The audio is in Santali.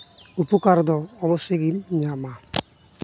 ᱩᱯᱚᱠᱟᱨ ᱫᱚ ᱚᱵᱳᱥᱥᱳᱭ ᱜᱮᱢ ᱧᱟᱢᱟ